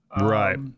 Right